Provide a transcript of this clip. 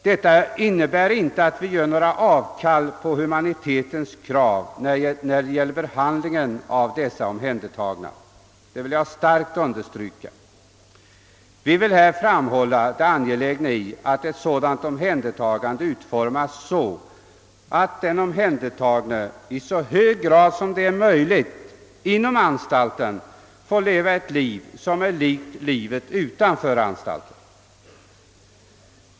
Detta innebär inte att vi gör något avkall på humanitetens krav när det gäller behandlingen av de omhändertagna — det vill jag starkt understryka. Vi vill här framhålla det angelägna i att ett sådant omhändertagande utformas så att den omhändertagne i så hög grad som möjligt inom anstalten får leva ett liv som är likt livet utanför anstalten.